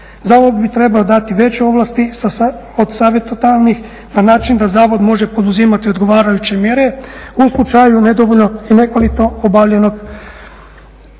Za ovo bi trebalo dati veće ovlasti od savjetodavnih na način da zavod može poduzimati odgovarajuće mjere u slučaju nedovoljno i nekvalitetno obavljenog